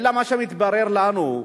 אלא מה שמתברר לנו,